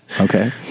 okay